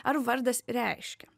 ar vardas reiškia